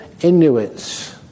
Inuits